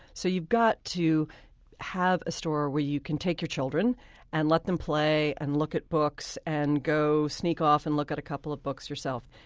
so you've got to have a store where you can take your children and let them play, and look at books, and go sneak off and look at a couple of books yourself.